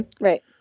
Right